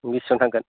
बिसिबां थांगोन